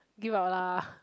give up lah